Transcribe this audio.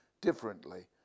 differently